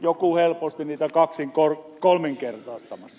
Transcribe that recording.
joku helposti on niitä kaksin kolminkertaistamassa